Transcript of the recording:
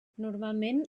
normalment